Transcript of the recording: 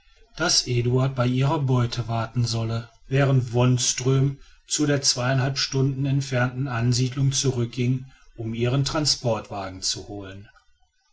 daß edward bei ihrer beute warten solle während wonström zu der stunden entfernten ansiedlung zurück ging um ihren transportwagen zu holen